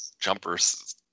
jumpers